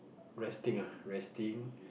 resting ah resting